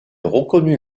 reconnut